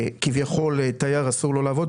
כביכול תייר אסור לו לעבוד,